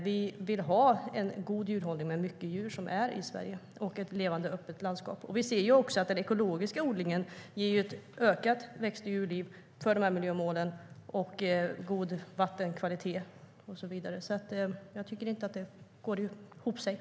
Vi vill ha en god djurhållning med mycket djur i Sverige och ett levande, öppet landskap.